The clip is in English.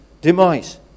demise